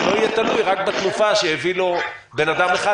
ולא יהיה תלוי רק בתנופה שהביא לו בן אדם אחד,